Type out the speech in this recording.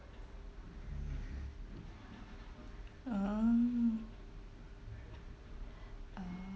oh oh